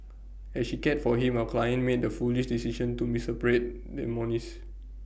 as she cared for him our client made the foolish decision to the monies